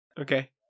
okay